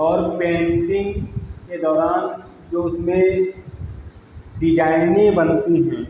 और पेंटिंग के दौरान जो उसमें डिजाइनें बनती हैं